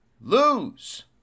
lose